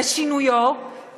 בשינויו,